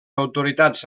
autoritats